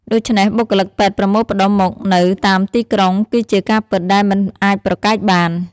ដូច្នេះ បុគ្គលិកពេទ្យប្រមូលផ្តុំ មកនៅតាមទីក្រុងគឺជាការពិតដែលមិនអាចប្រកែកបាន។